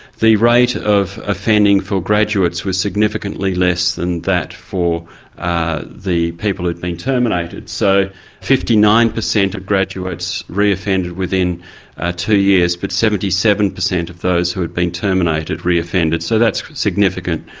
the rate of offending for graduates was significantly less than that for ah the people who'd been terminated. so fifty nine percent of graduates reoffended within two years, but seventy seven percent of those who had been terminated reoffended. so that's significant.